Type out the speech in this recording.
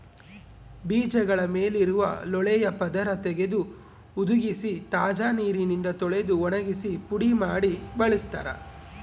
ಬೀಜಗಳ ಮೇಲಿರುವ ಲೋಳೆಯ ಪದರ ತೆಗೆದು ಹುದುಗಿಸಿ ತಾಜಾ ನೀರಿನಿಂದ ತೊಳೆದು ಒಣಗಿಸಿ ಪುಡಿ ಮಾಡಿ ಬಳಸ್ತಾರ